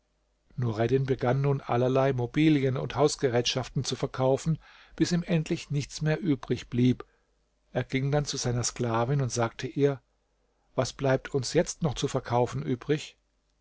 nureddin begann nun allerlei mobilien und hausgerätschaften zu verkaufen bis ihm endlich nichts mehr übrig blieb er ging dann zu seiner sklavin und sagte ihr was bleibt uns jetzt noch zu verkaufen übrig